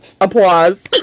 Applause